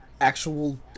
actual